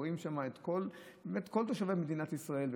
רואים שם את כל תושבי מדינת ישראל,